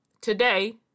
today